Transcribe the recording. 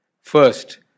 First